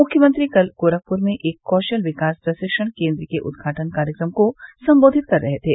मुख्यमंत्री कल गोरखपुर में एक कौशल विकास प्रशिक्षण केन्द्र के उद्घाटन कार्यक्रम को सम्बोधित कर रहे थे